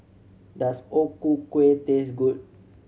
does O Ku Kueh taste good